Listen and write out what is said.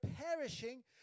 perishing